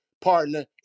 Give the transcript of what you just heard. partner